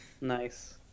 Nice